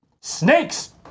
Snakes